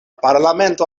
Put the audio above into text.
parlamento